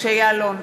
משה יעלון,